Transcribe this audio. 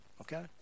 okay